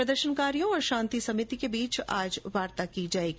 प्रदर्शनकारियों और शांति समिति के बीच आज भी चर्चा की जाएगी